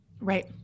right